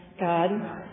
God